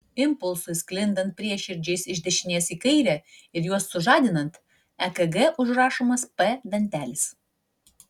impulsui sklindant prieširdžiais iš dešinės į kairę ir juos sužadinant ekg užrašomas p dantelis